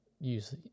use